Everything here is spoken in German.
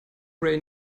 ray